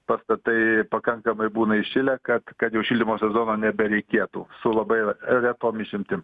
pastatai pakankamai būna įšilę kad kad jau šildymo sezono nebereikėtų su labai retom išimtim